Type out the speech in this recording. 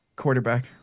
Quarterback